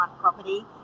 property